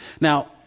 Now